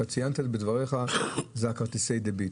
ציינת בדבריך את כרטיסי הדביט